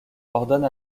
ordonne